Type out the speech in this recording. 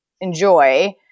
enjoy